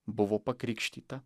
buvo pakrikštyta